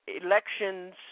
elections